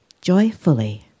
joyfully